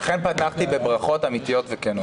לכן פתחתי בברכות אמיתיות וכנות.